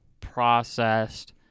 processed